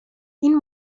این